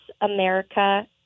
America